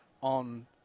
on